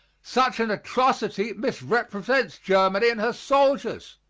such an atrocity misrepresents germany and her soldiers.